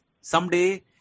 someday